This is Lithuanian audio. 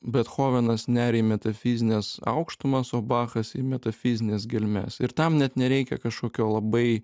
betchovenas neria į metafizines aukštumas o bachas į metafizines gelmes ir tam net nereikia kažkokio labai